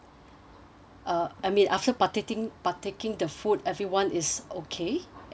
uh I mean after partaking partaking the food everyone is okay and uh